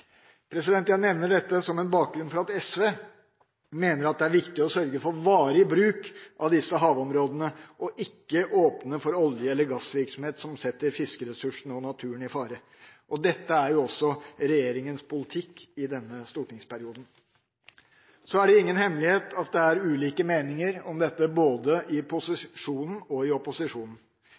Jeg nevner dette som en bakgrunn for at SV mener at det er viktig å sørge for varig bruk av disse havområdene og ikke åpne for olje- eller gassvirksomhet som setter fiskeressursene og naturen i fare. Dette er også regjeringas politikk i denne stortingsperioden. Så er det ingen hemmelighet at det er ulike meninger om dette både i posisjonen og i opposisjonen.